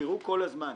תזכרו כל הזמן: